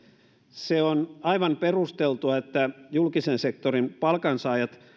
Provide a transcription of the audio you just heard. se on aivan perusteltua että julkisen sektorin palkansaajat